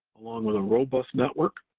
along with a robust network,